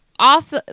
off